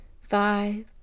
five